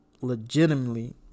legitimately